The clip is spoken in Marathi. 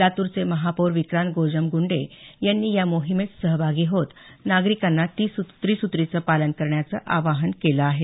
लातूरचे महापौर विक्रांत गोजमगुंडे यांनी या मोहिमेत सहभागी होत नागरिकांना त्रिसुत्रीचं पालन करण्याचं आवाहन केलं आहे